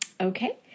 Okay